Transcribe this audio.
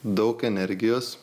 daug energijos